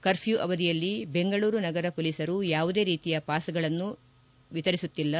curfew ಅವಧಿಯಲ್ಲಿ ಬೆಂಗಳೂರು ನಗರ ಪೊಲೀಸರು ಯಾವುದೇ ರೀತಿಯ ಪಾಸ್ಗಳನ್ನು ಯಾವುದೇ ವಿತರಿಸುತ್ತಿಲ್ಲ